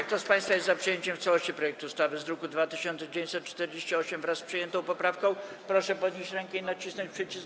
Kto z państwa jest za przyjęciem w całości projektu ustawy z druku nr 2948, wraz z przyjętą poprawką, proszę podnieść rękę i nacisnąć przycisk.